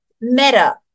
Meta